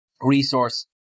resource